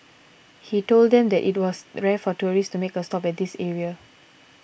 he told them that it was rare for tourists to make a stop at this area